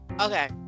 Okay